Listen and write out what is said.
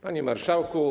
Panie Marszałku!